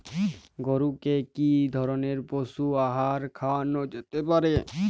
গরু কে কি ধরনের পশু আহার খাওয়ানো যেতে পারে?